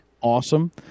awesome